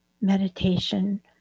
meditation